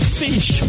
fish